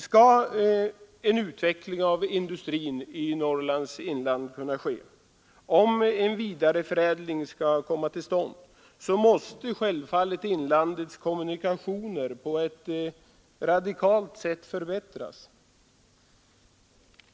Skall en utveckling av industrin i Norrlands inland kunna ske och skall en vidareförädling komma till stånd, måste självfallet inlandets kommunikationer på ett radikalt sätt förbättras.